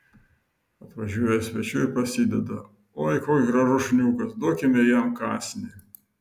atvažiuoja svečių ir prasideda oi koks gražus šuniukas duokime jam kąsnį